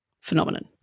phenomenon